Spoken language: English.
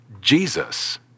Jesus